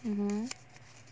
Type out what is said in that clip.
mmhmm